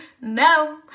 No